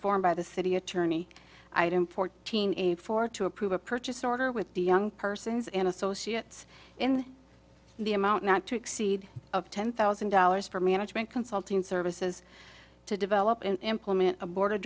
by the city attorney i had in fourteen a four to approve a purchase order with the young persons and associates in the amount not to exceed ten thousand dollars for management consulting services to develop and implement a board of